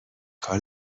کار